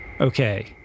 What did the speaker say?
Okay